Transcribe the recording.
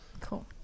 Cool